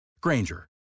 Granger